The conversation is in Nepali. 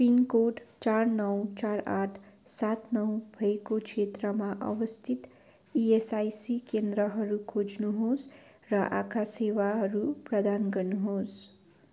पिनकोड चार नौ चार आठ सात नौ भएको क्षेत्रमा अवस्थित इएसआइसी केन्द्रहरू खोज्नुहोस् र आँखा सेवाहरू प्रदान गर्नुहोस्